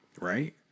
right